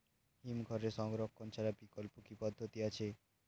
হিমঘরে সংরক্ষণ ছাড়া বিকল্প কি পদ্ধতি আছে?